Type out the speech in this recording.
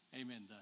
amen